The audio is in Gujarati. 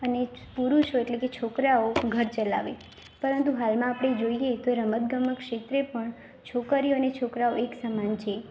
અને છો પુરુષો એટલે છોકરાઓ ઘર ચલાવે પરંતુ હાલમાં આપણે જોઈએ તો રમતગમત ક્ષેત્રે પણ છોકરીઓ અને છોકરાઓ એકસમાન છે